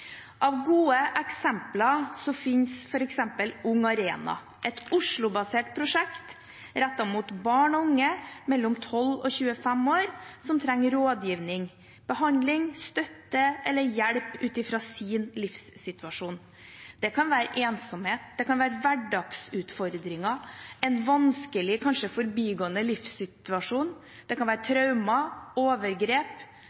Av gode eksempler kan nevnes Ung Arena, et Oslo-basert prosjekt som er rettet mot barn og unge mellom 12 og 25 år som trenger rådgivning, behandling, støtte eller hjelp ut i sin livssituasjon. Det kan være ensomhet, det kan være hverdagsutfordringer, en vanskelig, kanskje forbigående livssituasjon, det kan være